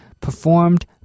performed